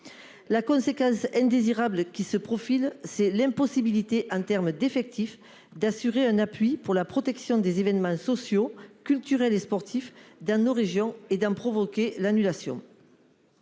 La conséquence indésirable qui se profile, c'est l'impossibilité en terme d'effectifs d'assurer un appui pour la protection des événements sociaux, culturels et sportifs d'un aux régions et d'un provoqué l'annulation.